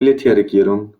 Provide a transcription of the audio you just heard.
militärregierung